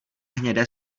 hnědé